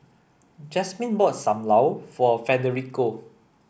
Jazmine bought Sam Lau for Federico